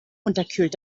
unterkühlt